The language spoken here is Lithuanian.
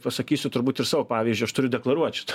pasakysiu turbūt ir savo pavyzdžiu aš turiu deklaruot šitą